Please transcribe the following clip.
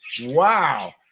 wow